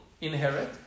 inherit